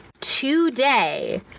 today